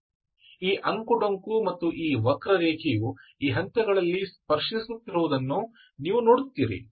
ಆದ್ದರಿಂದ ಈ ಅಂಕುಡೊಂಕು ಮತ್ತು ಈ ವಕ್ರರೇಖೆಯು ಈ ಹಂತಗಳಲ್ಲಿ ಸ್ಪರ್ಶಿಸುತ್ತಿರುವುದನ್ನು ನೀವು ನೋಡುತ್ತೀರಿ